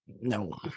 No